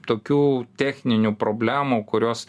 tokių techninių problemų kurios